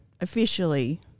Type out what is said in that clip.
officially